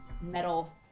metal